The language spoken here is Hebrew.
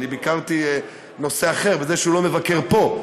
אני ביקרתי נושא אחר, את זה שהוא לא מבקר פה.